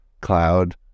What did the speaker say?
Cloud